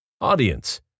Audience